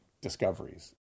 discoveries